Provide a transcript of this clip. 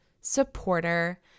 supporter